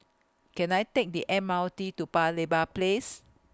Can I Take The M R T to Paya Lebar Place